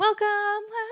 welcome